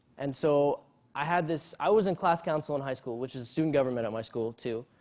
and so i had this i was in class counsel in high school, which is student government at my school too.